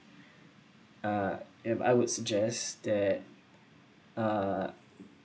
uh if I would suggest that uh